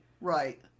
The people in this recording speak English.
Right